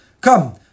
come